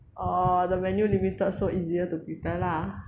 orh the venue limited so easier to prepare lah